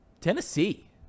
Tennessee